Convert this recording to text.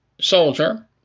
soldier